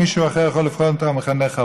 מישהו אחר יכול לבחור את המחנך ההוא.